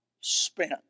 spent